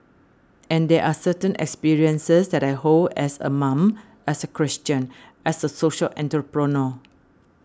and there are certain experiences that I hold as a mom as a Christian as a social entrepreneur